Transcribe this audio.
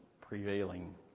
prevailing